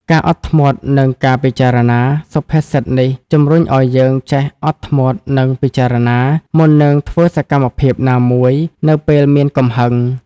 ការអត់ធ្មត់ និងការពិចារណា សុភាសិតនេះជំរុញឲ្យយើងចេះ អត់ធ្មត់ និង ពិចារណា មុននឹងធ្វើសកម្មភាពណាមួយនៅពេលមានកំហឹង។